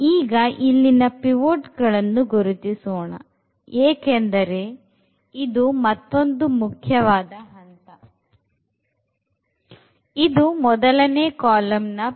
ಈಗ ಇಲ್ಲಿನ pivotಗಳನ್ನು ಗುರುತಿಸೋಣ ಏಕೆಂದರೆ ಇದು ಮತ್ತೊಂದು ಮುಖ್ಯವಾದ ಹಂತ ಇದು ಮೊದಲನೇ ಕಾಲಂ ನ pivot